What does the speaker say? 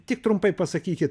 tik trumpai pasakykit